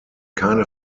keine